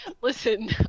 Listen